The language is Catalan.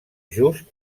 just